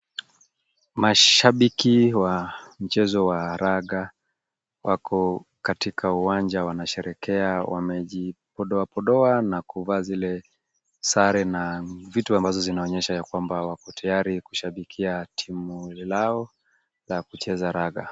Mashabiki wa mchezo wa raga wako katika uwanja wanasherehekea, wamejipodoa podoa na kuvaa zile sare na vitu ambazo zinaonyesha ya kwamba wako tayari kushabikia timu lao la kucheza raga.